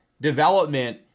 development